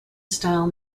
style